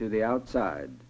to the outside